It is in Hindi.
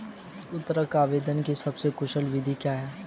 उर्वरक आवेदन की सबसे कुशल विधि क्या है?